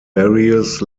various